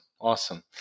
Awesome